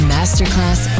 Masterclass